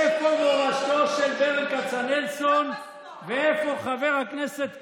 איפה מורשתו של ברל כצנלסון ואיפה חבר הכנסת קריב,